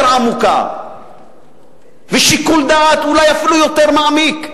עמוקה ושיקול דעת אולי אפילו יותר מעמיק.